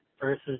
versus